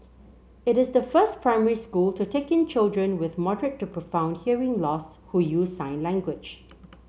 it is the first primary school to take in children with moderate to profound hearing loss who use sign language